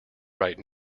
right